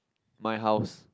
my house